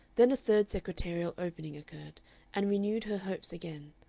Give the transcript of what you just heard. then a third secretarial opening occurred and renewed her hopes again